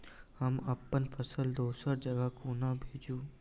हम अप्पन फसल दोसर जगह कोना भेजू?